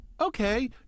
okay